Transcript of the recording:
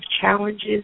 challenges